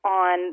on